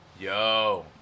Yo